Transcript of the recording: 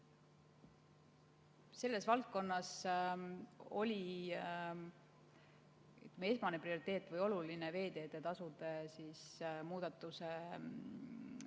Selles valdkonnas oli esmane prioriteet, väga oluline veeteetasude muudatuse